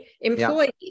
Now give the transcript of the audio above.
Employees